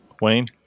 Wayne